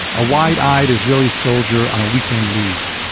a wide-eyed israeli soldier on a weekend leave.